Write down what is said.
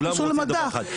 כולם רוצים דבר אחד.